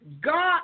God